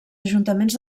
ajuntaments